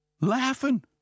laughing